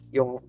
Yung